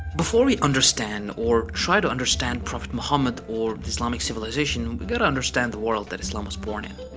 before we understand or try to understand prophet muhammad or the islamic civilization, and we gotta understand the world that islam was born in.